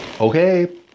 Okay